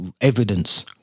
evidence